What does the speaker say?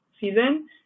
season